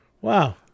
Wow